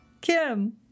Kim